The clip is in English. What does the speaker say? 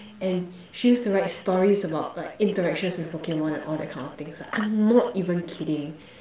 and she used to write stories about like interactions with Pokemon and all that kind of things lah I'm not even kidding